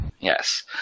Yes